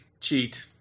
cheat